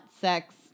sex